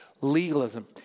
Legalism